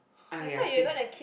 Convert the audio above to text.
okay ya say